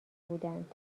بودند